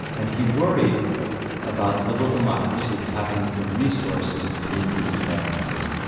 and he worried about liberal democracy having the resources to meet these challenges.